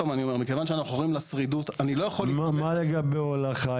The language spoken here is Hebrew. מה לגבי הולכה?